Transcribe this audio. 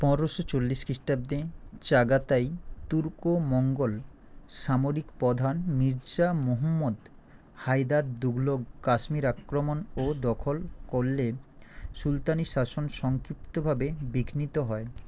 পনেরোশো চল্লিশ খ্রিষ্টাব্দে চাগাতাই তুর্কো মঙ্গল সামরিক প্রধান মির্জা মুহম্মদ হায়দার দুঘলগ কাশ্মীর আক্রমণ ও দখল করলে সুলতানী শাসন সংক্ষিপ্তভাবে বিঘ্নিত হয়